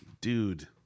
Dude